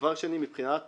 דבר שני, מבחינת